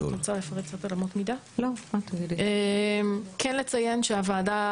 כן לציין שהוועדה,